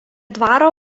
dvaro